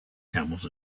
camels